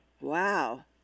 Wow